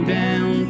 down